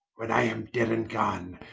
when i am dead and gone,